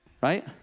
right